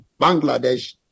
Bangladesh